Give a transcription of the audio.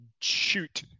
shoot